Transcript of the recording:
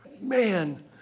man